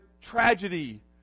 tragedy